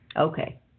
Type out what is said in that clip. Okay